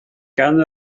gan